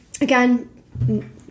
Again